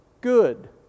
good